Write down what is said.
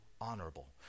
honorable